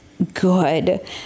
good